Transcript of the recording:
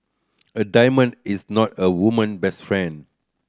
a diamond is not a woman best friend